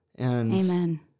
Amen